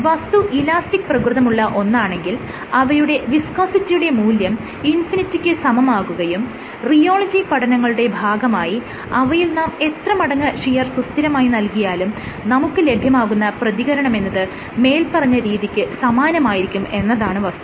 വസ്തു ഇലാസ്റ്റിക് പ്രകൃതമുള്ള ഒന്നാണെങ്കിൽ അവയുടെ വിസ്കോസിറ്റിയുടെ മൂല്യം ഇൻഫിനിറ്റിക്ക് സമമാകുകയും റിയോളജി പഠനങ്ങളുടെ ഭാഗമായി അവയിൽ നാം എത്ര മടങ്ങ് ഷിയർ സുസ്ഥിരമായി നൽകിയാലും നമുക്ക് ലഭ്യമാകുന്ന പ്രതികരണമെന്നത് മേല്പറഞ്ഞ രീതിക്ക് സമാനമായിരിക്കും എന്നതാണ് വസ്തുത